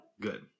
Good